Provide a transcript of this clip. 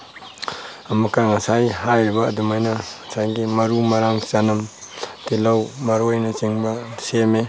ꯑꯃꯨꯛꯀ ꯉꯁꯥꯏ ꯍꯥꯏꯔꯤꯕ ꯑꯗꯨꯃꯥꯏꯅ ꯉꯁꯥꯏꯒꯤ ꯃꯔꯨ ꯃꯔꯥꯡ ꯆꯅꯝ ꯇꯤꯂꯧ ꯃꯔꯣꯏꯅ ꯆꯤꯡꯕ ꯁꯦꯝꯃꯦ